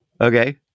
Okay